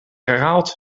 herhaald